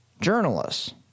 journalists